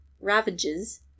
ravages